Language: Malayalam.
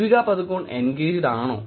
ദീപിക പദുക്കോൺ എൻഗേജ്ഡ് ആണോ